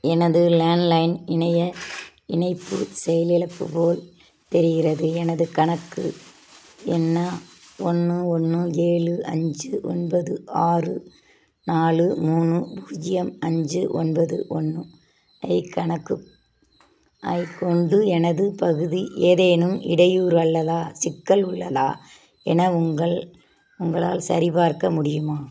எனது லேண்ட்லைன் இணைய இணைப்பு செயலிழப்பு போல் தெரிகிறது எனது கணக்கு எண் ஒன்று ஒன்று ஏழு அஞ்சு ஒன்பது ஆறு நாலு மூணு பூஜ்ஜியம் அஞ்சு ஒன்பது ஒன்று ஐக் கணக்கு ஐக் கொண்டு எனது பகுதி ஏதேனும் இடையூறு அல்லது சிக்கல் உள்ளதா என உங்கள் உங்களால் சரிபார்க்க முடியுமா